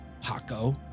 Paco